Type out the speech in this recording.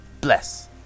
bless